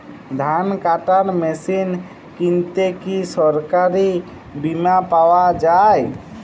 ধান কাটার মেশিন কিনতে কি সরকারী বিমা পাওয়া যায়?